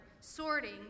sorting